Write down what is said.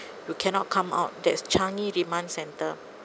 you cannot come out that's changi remand centre